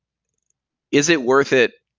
is it worth it?